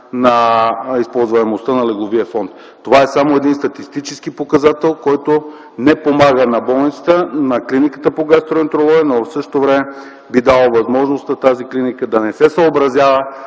използваемостта на легловия фонд. Това е само един статистически показател, който не помага на болницата, на Клиниката по гастроентерология, но в същото време би дал възможност на тази клиника да не се съобразява